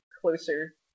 closer